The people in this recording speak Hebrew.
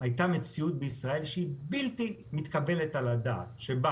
הייתה מציאות בישראל שהיא בלתי מתקבלת על הדעת שבה